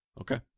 Okay